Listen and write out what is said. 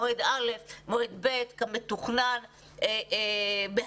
מועד א' ומועד ב' כמתוכנן, בהגינות